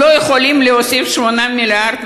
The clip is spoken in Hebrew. הם לא יכולים להוסיף 8 מיליארד?